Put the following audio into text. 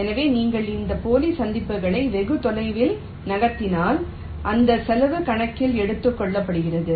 எனவே நீங்கள் இந்த போலி சந்திப்புகளை வெகு தொலைவில் நகர்த்தினால் அந்த செலவும் கணக்கில் எடுத்துக்கொள்ளப்படுகிறது